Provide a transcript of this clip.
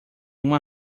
uma